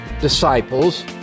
disciples